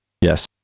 Yes